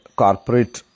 corporate